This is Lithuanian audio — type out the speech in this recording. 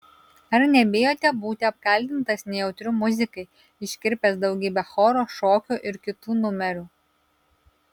ar nebijote būti apkaltintas nejautriu muzikai iškirpęs daugybę choro šokio ir kitų numerių